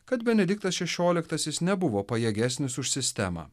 kad benediktas šešioliktasis nebuvo pajėgesnis už sistemą